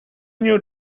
new